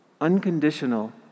unconditional